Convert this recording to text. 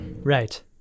Right